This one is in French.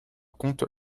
compte